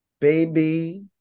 baby